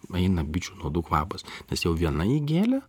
eina bičių nuodų kvapas nes jau viena įgėlė